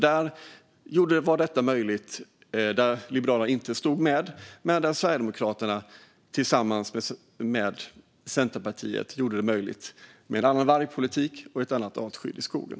Där gav inte Liberalerna sitt stöd, men Sverigedemokraterna tillsammans med Centerpartiet gjorde det möjligt med en annan vargpolitik och ett annat artskydd i skogen.